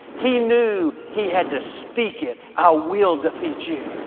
he knew he had to speak it, i will defeat you.